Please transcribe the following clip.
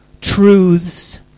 truths